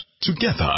Together